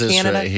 Canada